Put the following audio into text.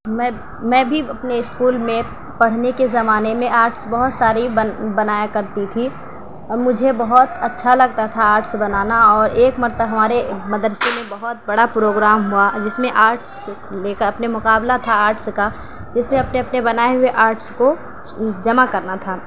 میں میں بھی اپنے اسکول میں پڑھنے کے زمانے میں آرٹس بہت ساری بنایا کرتی تھی اور مجھے بہت اچھا لگتا تھا آرٹس بنانا اور ایک مرتبہ ہمارے مدرسے میں بہت بڑا پروگرام ہوا جس میں آرٹس ایک اپنے مقابلہ تھا آرٹس کا جس میں اپنے اپنے بنائے ہوئے آرٹس کو جمع کرنا تھا